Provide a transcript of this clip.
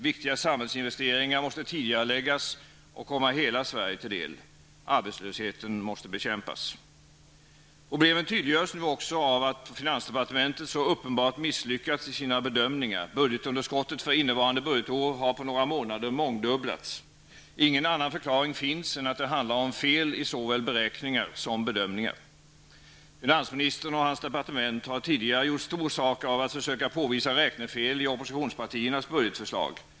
Viktiga samhällsinvesteringar måste tidigareläggas och komma hela Sverige till del. Arbetslösheten måste bekämpas. Problemen tydliggörs nu också av att finansdepartementet så uppenbart misslyckats i sina bedömningar. Budgetunderskottet för innevarande budgetår har på några månader mångdubblats. Ingen annan förklaring finns än att det handlar om fel i såväl beräkningar som bedömningar. Finansministern och hans departement har tidigare gjort stor sak av att försöka påvisa räknefel i oppositionspartiernas budgetförslag.